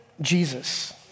Jesus